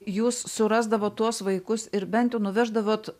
jūs surasdavot tuos vaikus ir bent jau nuveždavot